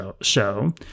show